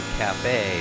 cafe